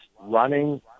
running